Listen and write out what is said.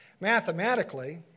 Mathematically